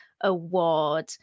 award